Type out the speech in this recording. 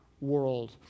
world